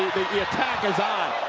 the attack is on.